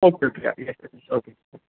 okay okay yes yes okay